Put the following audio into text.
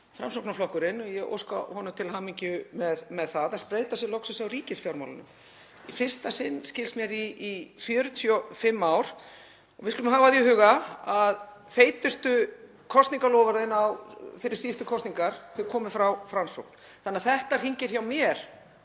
Framsóknarflokkurinn, og ég óska honum til hamingju með það, að spreyta sig loksins á ríkisfjármálunum í fyrsta sinn, skilst mér, í 45 ár. Við skulum hafa það í huga að feitustu kosningaloforðin fyrir síðustu kosningar komu frá Framsókn þannig að þetta klingir hjá mér